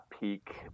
peak